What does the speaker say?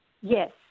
Yes